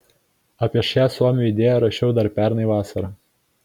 apie šią suomių idėją rašiau dar pernai vasarą